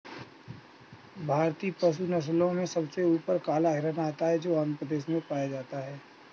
भारतीय पशु नस्लों में सबसे ऊपर काला हिरण आता है जो आंध्र प्रदेश में पाया जाता है